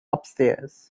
upstairs